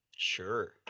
Sure